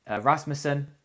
Rasmussen